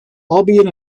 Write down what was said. albeit